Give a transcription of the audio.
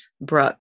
Brooke